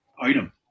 item